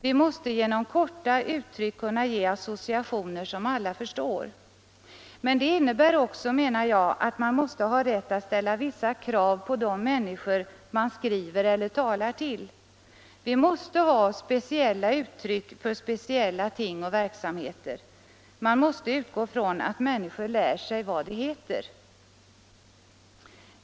Vi måste genom korta uttryck kunna ge associationer som alla förstår. Men det innebär också, menar jag, att man måste ha rätt att ställa vissa krav på de människor man skriver eller talar till. Vi måste ha speciella uttryck för speciella ting och verksamheter. Man måste utgå från att människor lär sig vad det heter.